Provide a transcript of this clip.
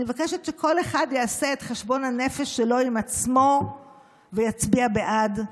אני מבקשת שכל אחד יעשה את חשבון הנפש שלו עם עצמו ויצביע בעד.